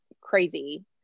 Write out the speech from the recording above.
crazy